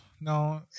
no